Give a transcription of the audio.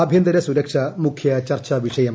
ആഭ്യന്തര സുരക്ഷ മുഖ്യചർച്ചാ വിഷയം